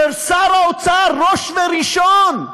ששר האוצר, ראש וראשון,